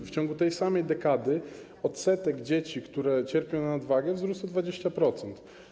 W ciągu tej samej dekady odsetek dzieci, które cierpią na nadwagę, wzrósł o 20%.